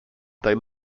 they